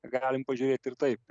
galim pažiūrėt ir taip